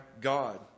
God